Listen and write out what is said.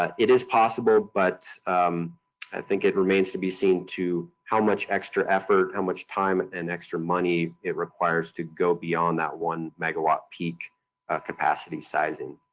ah it is possible, but i think it remains to be seen to how much extra effort, how much time and extra money it requires to go beyond that one megawatt peak capacity sizing.